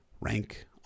Rank